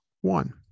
one